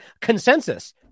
consensus